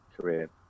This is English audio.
career